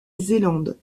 zélande